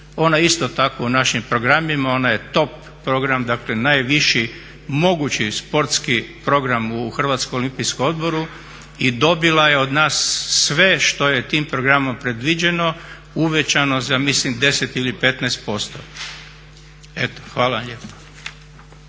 ona isto tako u našim programima ona je top program, dakle najviši mogući sportski program u Hrvatskom olimpijskom odboru i dobila je od nas sve što je tim programom predviđeno uvećano za mislim 10 ili 15%. Hvala vam lijepa.